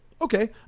Okay